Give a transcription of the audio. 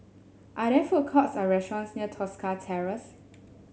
are there food courts or restaurants near Tosca Terrace